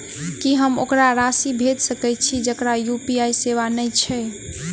की हम ओकरा राशि भेजि सकै छी जकरा यु.पी.आई सेवा नै छै?